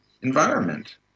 environment